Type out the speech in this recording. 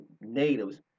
natives